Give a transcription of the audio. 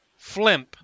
flimp